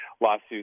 lawsuits